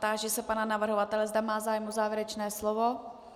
Táži se pana navrhovatele, zda má zájem o závěrečné slovo.